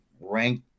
ranked